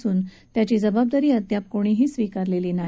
स्फोटाची जबाबदारी अद्याप कोणीही स्वीकारलली नाही